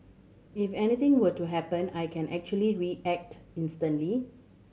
if anything were to happen I can actually react instantly